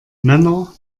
männer